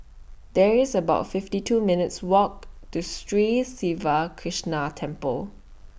There IS about fifty two minutes' Walk to Sri Siva Krishna Temple